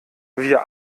wir